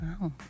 Wow